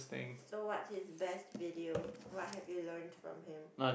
so what's his best video what have you learnt from him